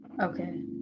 okay